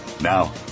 Now